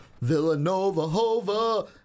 Villanova-hova